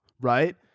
right